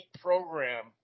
program